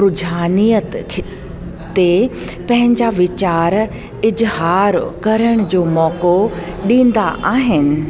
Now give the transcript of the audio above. रुझानीयात ख ते पंहिंजा वीचार इज़हार करण जो मौको ॾींदा आहिनि